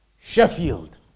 Sheffield